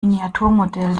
miniaturmodell